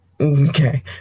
Okay